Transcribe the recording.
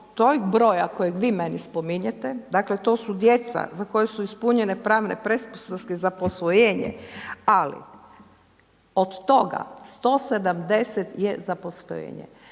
od tog broja kojeg vi meni spominjete, dakle to su djeca za koje su ispunjene pravne pretpostavke za posvojenje, ali od toga 170 je za posvojenje.